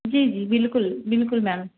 جی جی بالکل بالکل میم